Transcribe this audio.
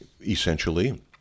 Essentially